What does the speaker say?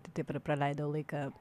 tai taip ir praleidau laiką